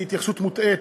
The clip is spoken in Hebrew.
היא התייחסות מוטעית.